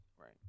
Right